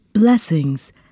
Blessings